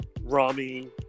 Rami